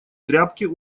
тряпки